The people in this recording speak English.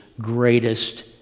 greatest